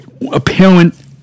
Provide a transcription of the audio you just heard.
apparent